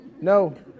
No